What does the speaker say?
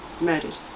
murdered